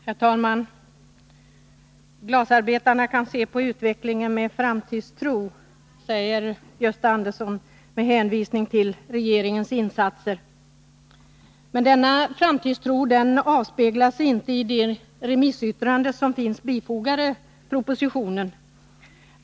Herr talman! Glasarbetarna kan se på utvecklingen med framtidstro, säger Gösta Andersson med hänvisning till regeringens insatser. Men denna framtidstro avspeglas inte i de remissyttranden som fogats till propositionen.